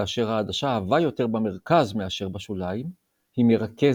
כאשר העדשה עבה יותר במרכז מאשר בשוליים היא מרכזת,